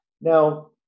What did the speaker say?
Now